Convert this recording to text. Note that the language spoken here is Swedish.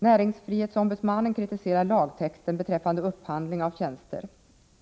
Näringsfrihetsombudsmannen kritiserar lagtexten beträffande upphandling av tjänster.